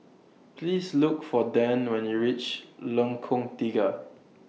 Please Look For Dann when YOU REACH Lengkong Tiga